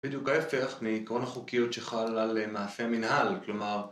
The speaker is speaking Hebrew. בדיוק ההפך, מעיקרון החוקיות שחל על מעשי מנהל, כלומר...